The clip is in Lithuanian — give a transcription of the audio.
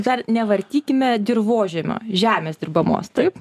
dar nevartykime dirvožemio žemės dirbamos taip